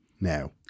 now